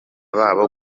babo